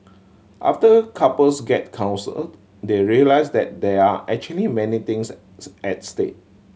after couples get counselled they realise that there are actually many things at stake